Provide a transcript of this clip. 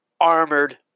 armored